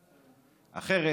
אחרת,